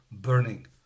burning